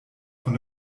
von